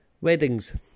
weddings